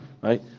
right